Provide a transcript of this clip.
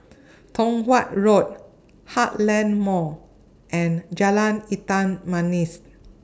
Tong Watt Road Heartland Mall and Jalan Hitam Manis